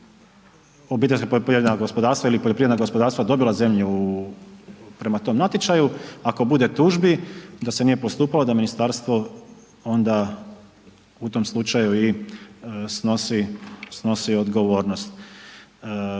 se budu pojedini OPG-i ili poljoprivredna gospodarstva dobila zemlju prema tom natječaju, ako bude tužbi da se nije postupalo da ministarstvo onda u tom slučaju i snosi odgovornost.